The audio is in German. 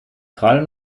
gerade